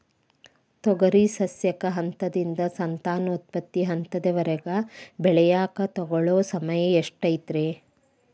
ತೊಗರಿ ಸಸ್ಯಕ ಹಂತದಿಂದ, ಸಂತಾನೋತ್ಪತ್ತಿ ಹಂತದವರೆಗ ಬೆಳೆಯಾಕ ತಗೊಳ್ಳೋ ಸಮಯ ಎಷ್ಟರೇ?